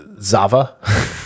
Zava